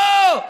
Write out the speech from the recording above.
לא.